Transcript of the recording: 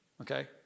Okay